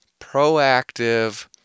proactive